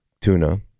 Tuna